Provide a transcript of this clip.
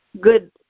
good